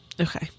Okay